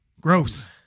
Gross